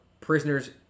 prisoners